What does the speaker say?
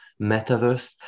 metaverse